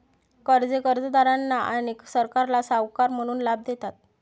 कर्जे कर्जदारांना आणि सरकारला सावकार म्हणून लाभ देतात